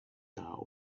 are